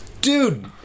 dude